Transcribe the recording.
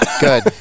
good